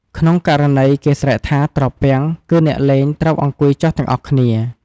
ក្នុងករណី គេស្រែកថា ត្រពាំង គឺអ្នកលេងត្រូវអង្គុយចុះទាំងអស់គ្នា។